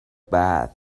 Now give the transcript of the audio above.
bad